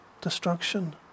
destruction